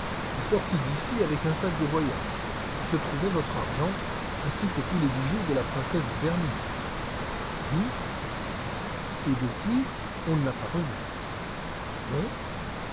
est sortie d'ici avec un sac de voyage où se trouvait votre argent ainsi que tous les bijoux de la princesse de berny oui et depuis on ne l'a pas revue non